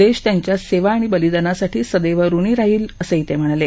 देश त्यांच्या सेवा आणि बलिदानासाठी सदैव ऋणी राहील असं ते म्हणाले